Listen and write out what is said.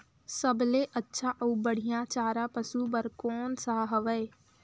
सबले अच्छा अउ बढ़िया चारा पशु बर कोन सा हवय?